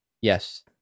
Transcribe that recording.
Yes